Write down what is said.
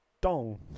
dong